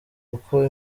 kuko